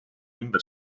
ümber